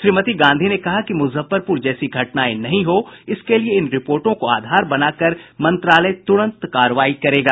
श्रीमती गांधी ने कहा कि मुजफ्फरपुर जैसी घटनाएं नहीं हो इसके लिये इन रिपोर्टो को आधार बनाकर मंत्रालय तुरंत कार्रवाई करेगा